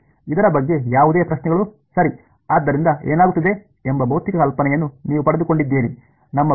ಇದರ ಬಗ್ಗೆ ಯಾವುದೇ ಪ್ರಶ್ನೆಗಳು ಸರಿ ಆದ್ದರಿಂದ ಏನಾಗುತ್ತಿದೆ ಎಂಬ ಭೌತಿಕ ಕಲ್ಪನೆಯನ್ನು ನೀವು ಪಡೆದುಕೊಂಡಿದ್ದೀರಿ